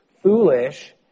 foolish